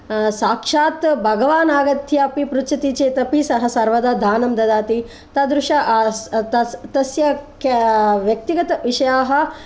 साक्षात् भगवान् आगत्य अपि पृच्छति चेत् अपि सः सर्वदा दानं ददाति तादृशः तस्य व्यक्तिगतविषयाः